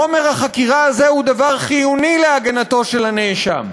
חומר החקירה הזה הוא חיוני להגנתו של הנאשם.